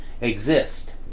exist